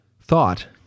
thought